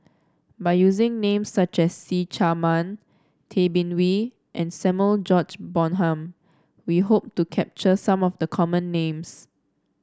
by using names such as See Chak Mun Tay Bin Wee and Samuel George Bonham we hope to capture some of the common names